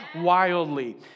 wildly